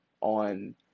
on